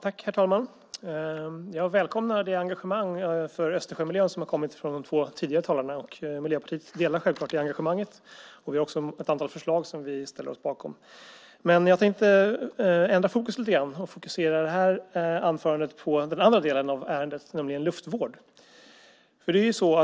Herr talman! Jag välkomnar det engagemang för Östersjömiljön som de två tidigare talarna visat. Miljöpartiet delar självfallet det engagemanget, och vi har också ett antal förslag som vi ställer oss bakom. Jag tänkte emellertid ändra fokus lite grann och ägna detta anförande åt den andra delen av ärendet, nämligen luftvård.